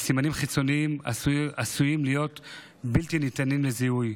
וסימנים חיצוניים עשויים להיות בלתי ניתנים לזיהוי.